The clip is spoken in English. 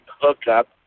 hookup